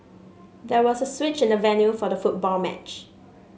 there was a switch in the venue for the football match